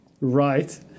Right